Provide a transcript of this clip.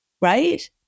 right